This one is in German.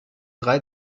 drei